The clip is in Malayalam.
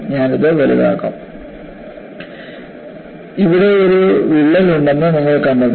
ഞാൻ ഇത് വലുതാക്കും ഇവിടെ ഒരു വിള്ളൽ ഉണ്ടെന്ന് നിങ്ങൾ കണ്ടെത്തും